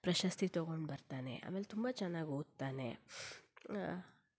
ಪ್ರಶಸ್ತಿ ತಗೊಂಡು ಬರ್ತಾನೆ ಆಮೇಲೆ ತುಂಬ ಚೆನ್ನಾಗಿ ಓದ್ತಾನೆ